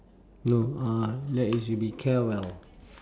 no uh that is you be carewell